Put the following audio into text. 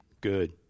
good